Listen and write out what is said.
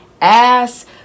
ass